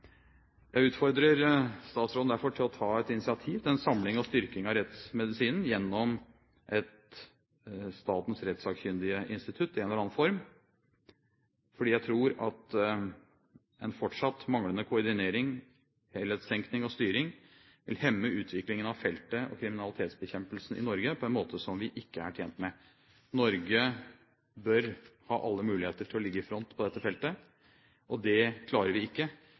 Jeg utfordrer derfor statsråden til å ta et initiativ til en samling og styrking av rettsmedisinen gjennom et statens rettssakkyndige institutt i en eller annen form. For jeg tror at en fortsatt manglende koordinering, helhetstenkning og styring vil hemme utviklingen av feltet og kriminalitetsbekjempelsen i Norge på en måte som vi ikke er tjent med. Norge bør ha alle muligheter til å ligge i front på dette feltet. Det klarer vi ikke